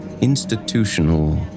institutional